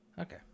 okay